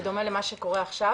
בדומה למה שקורה עכשיו